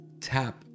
tap